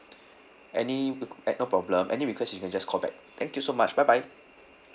any req~ at no problem any request you can just call back thank you so much bye bye